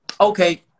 Okay